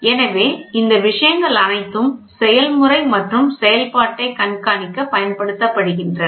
எனவே இந்த விஷயங்கள் அனைத்தும் செயல்முறை மற்றும் செயல்பாட்டைக் கண்காணிக்கப் பயன்படுத்தப்படுகின்றன